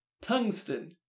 Tungsten